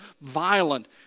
violent